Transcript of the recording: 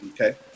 Okay